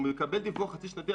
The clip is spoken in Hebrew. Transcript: הוא מקבל דיווח חצי שנתי,